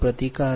052 p